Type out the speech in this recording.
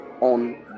on